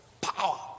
power